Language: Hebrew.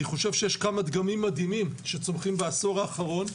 אני חושב שיש כמה דגמים מדהימים שצומחים בעשור האחרון,